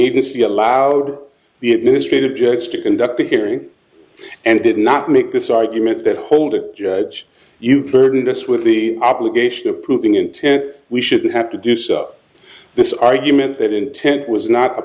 agency allowed the administrative judge to conduct a hearing and did not make this argument they hold a judge you've heard us with the obligation of proving intent we shouldn't have to do so this argument that intent was not a